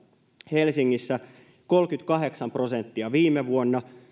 helsingissä kolmekymmentäkahdeksan prosenttia viime vuonna